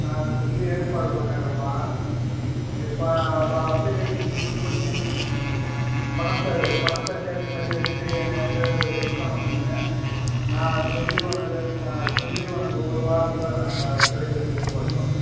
நான் சொல்லி ஏற்பாடு பண்ணிடுறேம்மா நீ இப்போ ப அப்ளிகேஷன்னு ஃபில் பண்ணி பணத்தை பணத்தை கேஸில் கட்டிட்டு ஏன் பேரை இன்ஃபார்ம் பண்ணுங்கள் நான் சொல்லி உனக்கு நான் சொல்லி உனக்கு ஒரு வாரத்தில் நான் வ கிடைக்கிறதுக்கு ஏற்பாடு பண்ணுறேன்